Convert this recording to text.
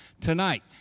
tonight